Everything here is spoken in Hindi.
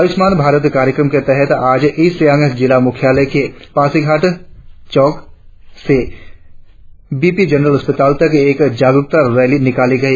आयुष्मान भारत कार्यक्रम के तहत आज ईस्ट सियांग जिला मुख्यालय के पासीघाट चौक से बी पी जनरल अस्पताल तक एक जागरुकता रैली निकाली गई